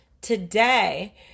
today